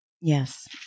Yes